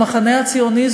המחנה הציוני,